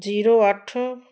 zero ਅੱਠ